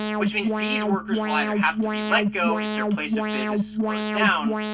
which means these workers will either have to be let go if their place of business is closed down,